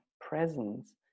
presence